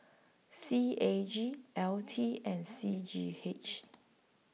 C A G L T and C G H